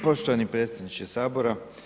Poštovani predsjedniče Sabora.